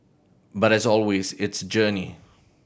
but as always it's journey